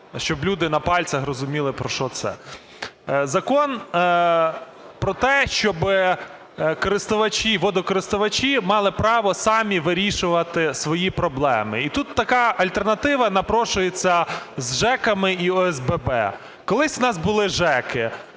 щоб люди на пальцях розуміли, про що це. Закон про те, щоб користувачі, водокористувачі мали право самі вирішувати свої проблеми. І тут така альтернатива напрошується із ЖЕКами і ОСББ. Колись у нас були ЖЕКи,